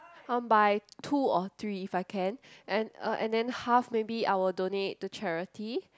I want buy two or three if I can and uh and then half maybe I will donate to charity